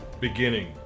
beginning